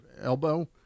elbow